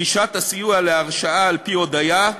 (דרישת הסיוע להרשעה על-פי הודיה),